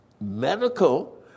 medical